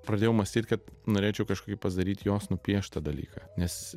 pradėjau mąstyt kad norėčiau kažkokį pasdaryt jos nupieštą dalyką nes